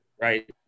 right